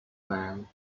man